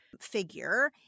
figure